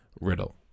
Riddle